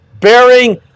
bearing